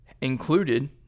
included